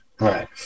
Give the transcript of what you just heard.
right